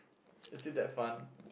it see that fun